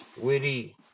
witty